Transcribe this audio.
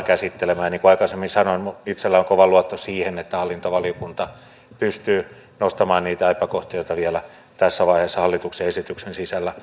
niin kuin aikaisemmin sanoin itselläni on kova luotto siihen että hallintovaliokunta pystyy nostamaan niitä epäkohtia joita vielä tässä vaiheessa hallituksen esityksen sisällä on